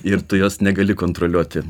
ir tu jos negali kontroliuoti